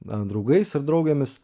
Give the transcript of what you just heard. draugais ar draugėmis